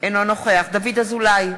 אינו נוכח דוד אזולאי,